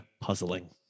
puzzling